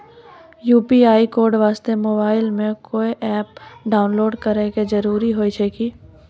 UPI code वास्ते mobile मे कोय एप्प डाउनलोड करे के जरूरी होय छै की?